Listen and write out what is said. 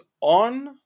on